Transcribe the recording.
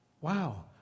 Wow